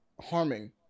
harming